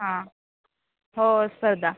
हां हो स्पर्धा